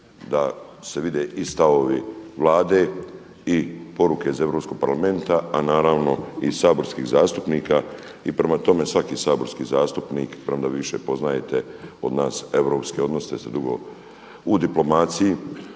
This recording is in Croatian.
da se vide i stavovi Vlade i poruke iz Europskog parlamenta a naravno i saborskih zastupnika, i prema tome svaki saborski zastupnik premda više poznajete od nas europske jer ste dugo u diplomaciji